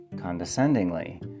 condescendingly